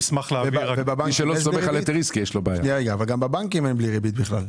אבל גם בבנקים אין בלי ריבית בכלל.